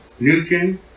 Nukin